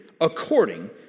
according